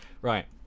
Right